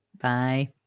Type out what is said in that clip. Bye